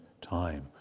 time